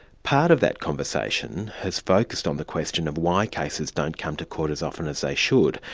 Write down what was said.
part of that conversation has focused on the question of why cases don't come to court as often as they should,